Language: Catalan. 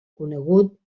conegut